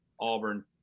Auburn